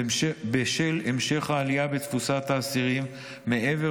בשל המשך העלייה בתפוסת האסירים מעבר